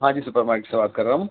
ہاں جی super market سے بات کر رہا ہوں